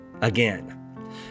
again